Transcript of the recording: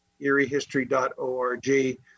eriehistory.org